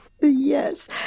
Yes